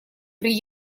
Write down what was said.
при